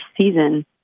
season